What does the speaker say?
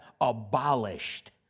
abolished